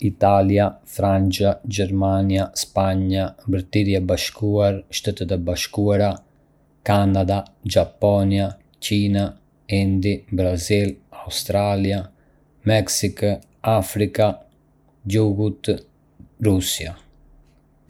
Ka shumë vende në botë, si Italia, Franca, Gjermania, Spanja, Mbretëria e Bashkuar, Shtetet e Bashkuara, Kanada, Japonia, Kinë, Indi, Brazil, Australi, Meksikë, Afrika e Jugut, dhe Rusia. Çdo njëri nga këto vende ka kulturën e tij unike dhe histori interesante.